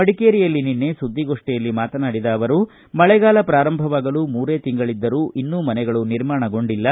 ಮಡಿಕೇರಿಯಲ್ಲಿ ನಿನ್ನೆ ಸುದ್ದಿಗೋಷ್ಠಿಯಲ್ಲಿ ಮಾತನಾಡಿದ ಅವರು ಮಳೆಗಾಲ ಪ್ರಾರಂಭವಾಗಲು ಮೂರೇ ತಿಂಗಳಿದ್ದರೂ ಇನ್ನೂ ಮನೆಗಳು ನಿರ್ಮಾಣಗೊಂಡಿಲ್ಲ